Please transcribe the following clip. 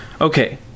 Okay